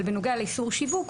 אבל בנוגע לאיסור שיווק,